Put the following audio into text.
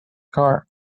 car